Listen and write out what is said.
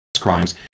crimes